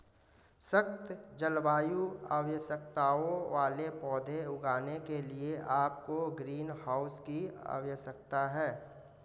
सख्त जलवायु आवश्यकताओं वाले पौधे उगाने के लिए आपको ग्रीनहाउस की आवश्यकता है